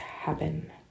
happen